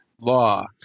law